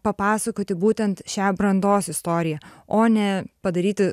papasakoti būtent šią brandos istoriją o ne padaryti